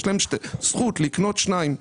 יש להם זכות לקנות שניים.